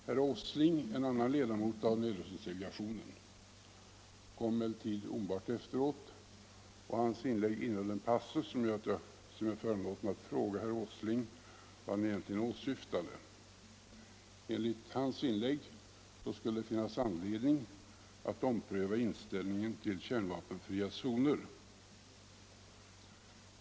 Herr Åsling — en annan ledamot av nedrustningsdelegationen —- kom emellertid omedelbart efter fru Thorsson i talarstolen, och hans inlägg innehöll en passus som gör att jag ser mig föranlåten att fråga vad han egentligen åsyftade. Enligt herr Åslings inlägg skulle det finnas anledning att ompröva inställningen till kärnvapenfria zoner.